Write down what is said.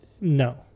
no